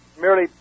merely